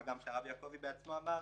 מה גם שהרב יעקב בעצמו אמר,